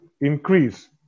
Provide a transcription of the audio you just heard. increase